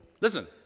listen